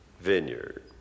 vineyard